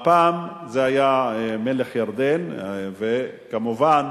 והפעם זה היה מלך ירדן, וכמובן,